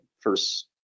first